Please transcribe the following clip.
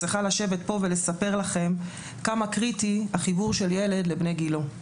צריכה לשבת פה ולספר לכם כמה קריטי החיבור של ילד לבני גילו.